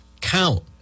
count